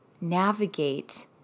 navigate